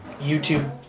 YouTube